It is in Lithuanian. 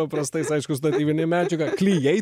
paprastai jis aišku statybinė medžiaga klijai